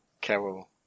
Carol